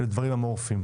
אלה דברים אמורפיים.